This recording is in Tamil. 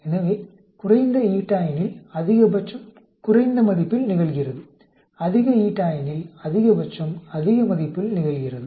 எனவே குறைந்த η எனில் அதிகபட்சம் குறைந்த மதிப்பில் நிகழ்கிறது அதிக η எனில் அதிகபட்சம் அதிக மதிப்பில் நிகழ்கிறது